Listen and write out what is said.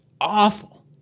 Awful